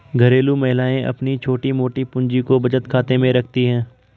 घरेलू महिलाएं अपनी छोटी मोटी पूंजी को बचत खाते में रखती है